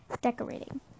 decorating